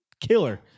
Killer